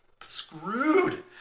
Screwed